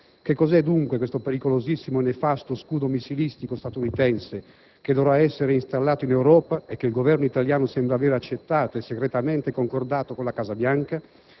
Che cos'è, dunque, questo pericolosissimo e nefasto scudo missilistico statunitense che dovrà essere installato in Europa e che il Governo italiano sembra aver accettato e segretamente concordato con la Casa Bianca?